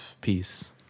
peace